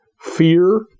fear